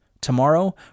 Tomorrow